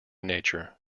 nature